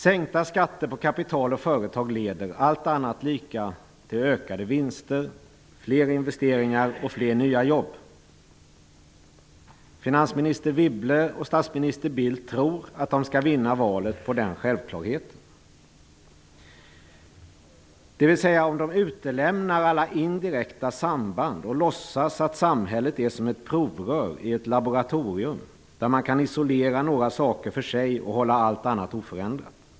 Sänkta skatter på kapital och företag leder, allt annat oförändrat, till ökade vinster, fler investeringar och fler nya jobb. Finansminister Wibble och statsminister Bildt tror att de skall vinna valet på den självklarheten, dvs. om de utelämnar alla indirekta samband och låtsas att samhället är som ett provrör i ett laboratorium, där man kan isolera några saker för sig och hålla allt annat oförändrat.